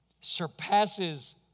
surpasses